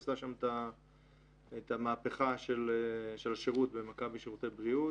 היא עשתה שם את המהפכה של השירות במכבי שירותי בריאות,